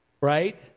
Right